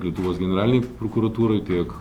lietuvos generalinei prokuratūrai tiek